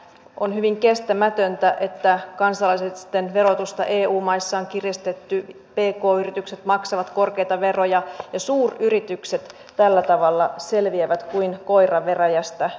on hyvin kestämätöntä että kansalaisten verotusta eu maissa on kiristetty pk yritykset maksavat korkeita veroja ja suuryritykset tällä tavalla selviävät kuin koira veräjästä verotuksista